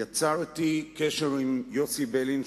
יצרתי קשר עם יוסי ביילין,